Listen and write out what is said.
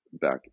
back